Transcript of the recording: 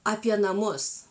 apie namus